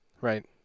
Right